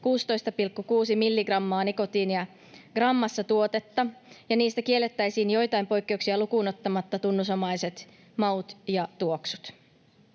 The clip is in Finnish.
16,6 milligrammaa nikotiinia grammassa tuotetta ja niistä kiellettäisiin joitain poikkeuksia lukuun ottamatta tunnusomaiset maut ja tuoksut.